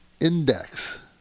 index